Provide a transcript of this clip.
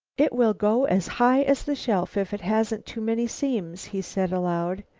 it will go as high as the shelf if it hasn't too many seams, he said aloud.